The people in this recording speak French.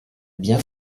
bien